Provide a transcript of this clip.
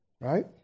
Right